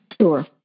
Sure